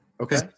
Okay